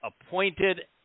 appointed